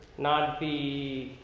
not be a